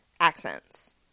accents